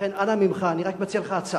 לכן, אנא ממך, אני רק מציע לך הצעה.